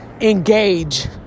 engage